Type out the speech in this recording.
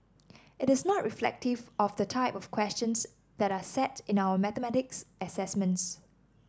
it is not reflective of the type of questions that are set in our mathematics assessments